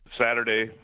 saturday